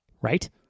right